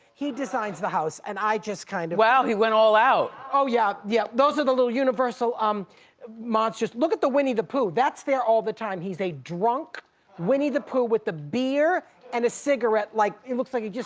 he designs the house and i just kind of wow, he went all out. oh yeah, yeah, those are the little universal um monsters. look at the winnie the pooh, that's there all the time. he's a drunk winnie the pooh with a beer and a cigarette. like looks like he just